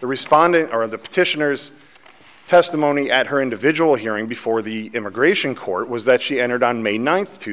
the respondent or of the petitioners testimony at her individual hearing before the immigration court was that she entered on may ninth two